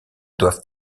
doivent